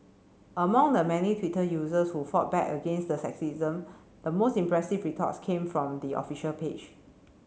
among the many Twitter users who fought back against the sexism the most impressive retorts came from the official page